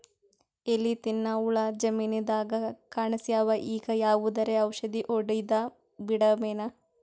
ಎಲಿ ತಿನ್ನ ಹುಳ ಜಮೀನದಾಗ ಕಾಣಸ್ಯಾವ, ಈಗ ಯಾವದರೆ ಔಷಧಿ ಹೋಡದಬಿಡಮೇನ?